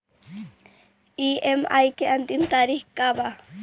EMI के अंतिम तारीख का बा?